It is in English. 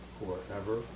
forever